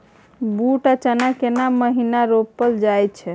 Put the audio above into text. बूट आ चना केना महिना रोपल जाय छै?